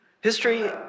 History